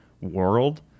world